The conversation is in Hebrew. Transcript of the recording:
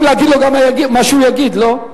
אתם רוצים להגיד לו גם מה שהוא יגיד, לא?